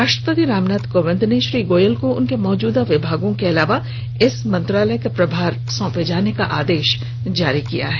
राष्ट्रपति रामनाथ कोविंद ने श्री गोयल को उनके मौजूदा विभागों के अलावा इस मंत्रालय का प्रभार सौंपे जाने का आदेश जारी किया है